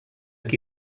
qui